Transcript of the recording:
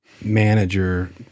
manager